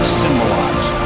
symbolize